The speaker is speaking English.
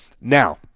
Now